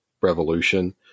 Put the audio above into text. Revolution